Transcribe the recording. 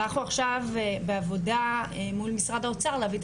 ואנחנו עכשיו בעבודה מול משרד האוצר להביא את